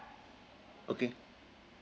okay